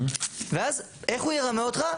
ואז איך הוא ירמה אותך?